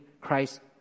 christ